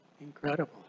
Incredible